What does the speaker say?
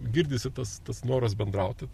girdisi tas tas noras bendrauti